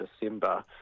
December